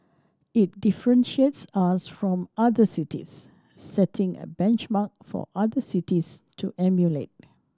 it differentiates us from other cities setting a benchmark for other cities to emulate